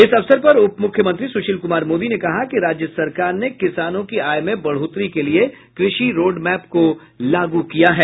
इस अवसर पर उप मुख्यमंत्री सुशील कुमार मोदी ने कहा कि राज्य सरकार ने किसानों की आय में बढ़ोतरी के लिए कृषि रोड मैप को लागू किया है